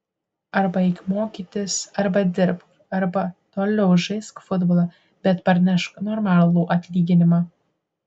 arba eik mokytis arba dirbk arba toliau žaisk futbolą bet parnešk normalų atlyginimą